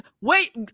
wait